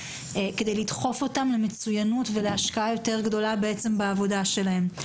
כדי לדחוף אותם למצוינות ולהשקעה גדולה יותר בעבודה שלהם.